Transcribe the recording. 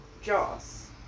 Joss